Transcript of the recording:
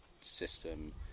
system